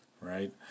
right